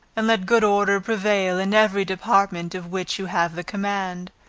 and let good order prevail in every department of which you have the command.